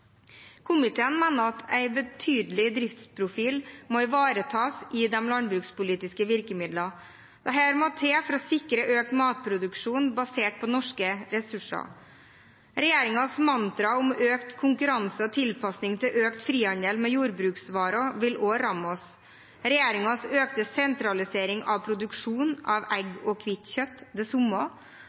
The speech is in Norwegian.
Komiteen mener at en betydelig driftsprofil må ivaretas i de landbrukspolitiske virkemidlene. Dette må til for å sikre økt matproduksjon basert på norske ressurser. Regjeringens mantra om økt konkurranse og tilpasning til økt frihandel med jordbruksvarer vil også ramme oss – regjeringens økte sentralisering av produksjon av egg og